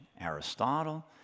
aristotle